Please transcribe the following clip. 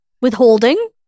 Withholding